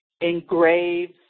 engraves